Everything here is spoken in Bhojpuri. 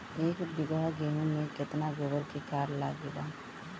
एक बीगहा गेहूं में केतना गोबर के खाद लागेला?